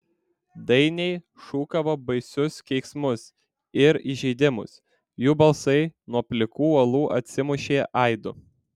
dainiai šūkavo baisius keiksmus ir įžeidimus jų balsai nuo plikų uolų atsimušė aidu